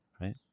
right